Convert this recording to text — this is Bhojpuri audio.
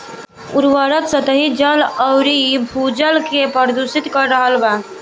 उर्वरक सतही जल अउरी भू जल के प्रदूषित कर रहल बा